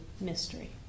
mystery